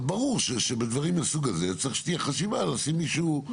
אז ברור שבדברים מהסוג הזה צריך שתהיה חשיבה לשים מישהו מאוד